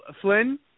Flynn